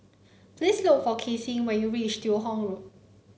please look for Casie when you reach Teo Hong Road